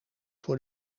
voor